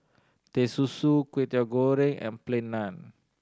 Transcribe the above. Teh Susu Kwetiau Goreng and Plain Naan